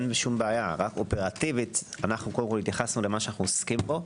רק אופרטיבית אנחנו קודם כל התייחסנו למה שאנו עוסקים בו.